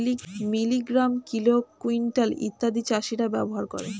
milligram, kilo, quintal ইত্যাদি চাষীরা ব্যবহার করে